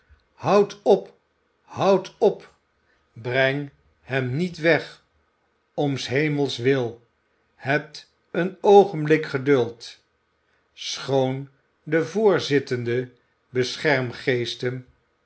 houdt op houdt op brengt hem niet weg om s hemels wil hebt een oogenblik geduld schoon de voorzittende